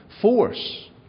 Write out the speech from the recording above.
force